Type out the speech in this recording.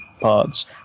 parts